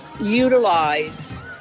utilize